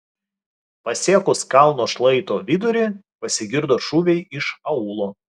pasiekus kalno šlaito vidurį pasigirdo šūviai iš aūlo